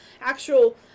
actual